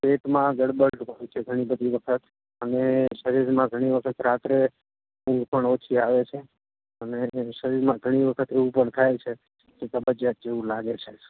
પેટમાં ગડબડ થયું છે ઘણી બધી વખત અને શરીરમાં ઘણી વખત રાત્રે ઊંઘ પણ ઓછી આવે છે અને શરીરમાં ઘણી વખત એવું પણ થાય છે કે કબજિયાત જેવું લાગે છે